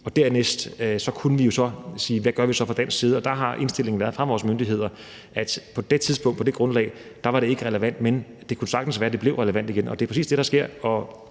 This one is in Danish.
EU. Dernæst spurgte vi så: Hvad gør vi så fra dansk side? Der har indstillingen fra vores myndigheder været, at på det tidspunkt og på det grundlag var det ikke relevant, men det kunne sagtens være, at det blev relevant igen – og det er præcis det, der sker.